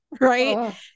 right